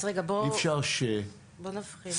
אז רגע, בוא נבחין.